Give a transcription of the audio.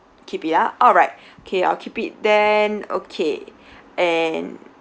keep it ah alright okay I'll keep it then okay and